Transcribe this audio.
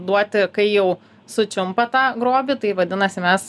duoti kai jau sučiumpa tą grobį tai vadinasi mes